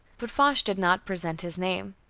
but foch did not present his name.